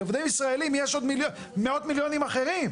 לעובדים ישראלים יש עוד מאות מיליונים אחרים.